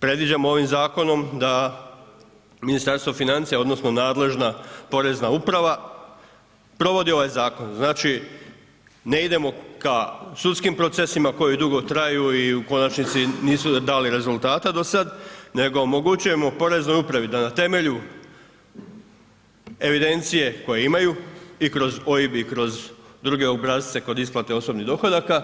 Predviđamo ovim zakonom da Ministarstvo financija odnosno nadležna porezna uprava provodi ovaj zakon, znači ne idemo ka sudskim procesima koji dugo traju i u konačnici nisu dali rezultata do sad nego omogućujemo poreznoj upravi da na temelju evidencije koje imaju i kroz OIB i kroz druge obrasce kod isplate osobnih dohodaka